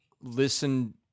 listen